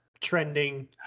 Trending